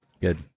Good